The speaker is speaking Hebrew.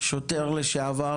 שוטר לשעבר